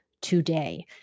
today